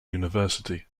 university